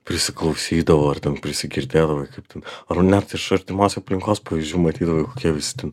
prisiklausydavau ar ten prisigirdėdavai kaip ten arba net iš artimos aplinkos pavyzdžių matydavai kokie visi ten